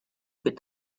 with